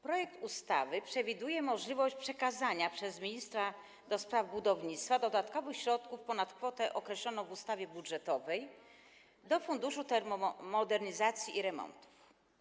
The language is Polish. Projekt ustawy przewiduje możliwość przekazania przez ministra do spraw budownictwa dodatkowych środków, ponad kwotę określoną w ustawie budżetowej, do Funduszu Termomodernizacji i Remontów.